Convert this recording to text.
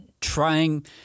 trying